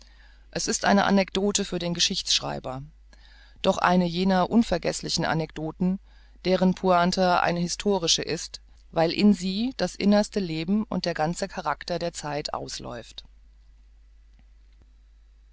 es ist eine anekdote für den geschichtschreiber doch eine jener unvergeßlichen anekdoten deren pointe eine historische ist weil in sie das innerste leben und der ganze charakter der zeit ausläuft